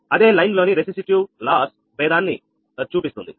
అదే లైన్ లోని resistive loss లోని బేదాన్ని చూపిస్తుంది